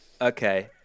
Okay